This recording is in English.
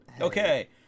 Okay